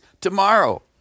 tomorrow